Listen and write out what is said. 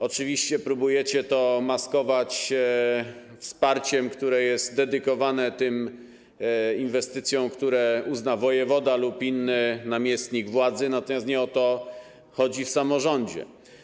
Oczywiście próbujecie to maskować wsparciem, które jest dedykowane tym inwestycjom, które uzna wojewoda lub inny namiestnik władzy, natomiast nie o to chodzi w samorządzie.